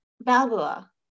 Balboa